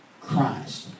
Christ